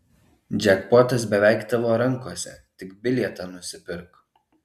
džekpotas beveik tavo rankose tik bilietą nusipirk